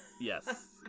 Yes